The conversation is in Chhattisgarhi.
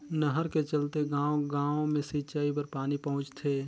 नहर के चलते गाँव गाँव मे सिंचई बर पानी पहुंचथे